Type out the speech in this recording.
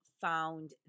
found